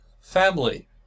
Family